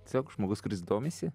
siog žmogus kuris domisi